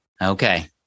Okay